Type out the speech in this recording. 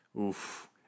Oof